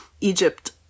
Egypt